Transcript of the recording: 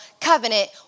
covenant